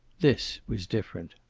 this was different.